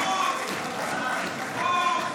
בוז, בוז.